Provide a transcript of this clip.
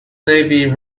navy